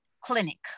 clinic